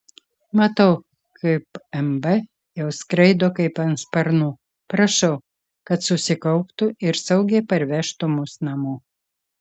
matau kaip mb jau skraido kaip ant sparnų prašau kad susikauptų ir saugiai parvežtų mus namo